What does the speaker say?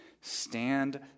stand